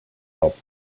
help